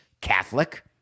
Catholic